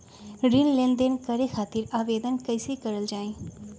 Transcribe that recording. ऋण लेनदेन करे खातीर आवेदन कइसे करल जाई?